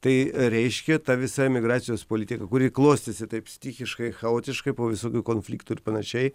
tai reiškia ta visa emigracijos politika kuri klostėsi taip stichiškai chaotiškai po visokių konfliktų ir panašiai